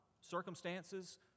circumstances